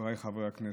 חבריי חברי הכנסת,